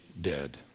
dead